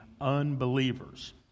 unbelievers